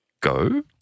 go